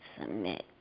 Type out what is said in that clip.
Submit